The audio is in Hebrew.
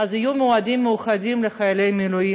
אדוני היושב-ראש,